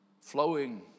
flowing